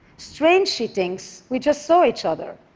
strange, she thinks, we just saw each other.